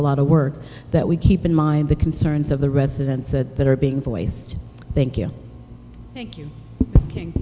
a lot of work that we keep in mind the concerns of the residents that that are being voiced thank you thank you